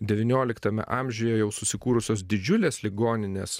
devynioliktame amžiuje jau susikūrusios didžiulės ligoninės